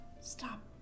Stop